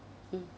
mm